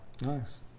Nice